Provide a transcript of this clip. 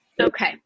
Okay